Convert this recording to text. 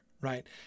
right